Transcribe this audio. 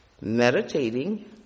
meditating